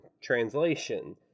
translation